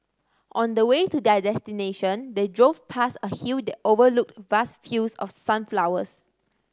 on the way to their destination they drove past a hill that overlooked vast fields of sunflowers